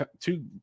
two